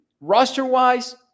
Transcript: Roster-wise